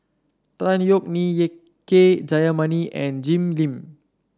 Tan Yeok Nee Ye K Jayamani and Jim Lim